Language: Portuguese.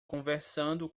conversando